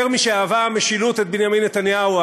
יותר משאהבה המשילות את בנימין נתניהו,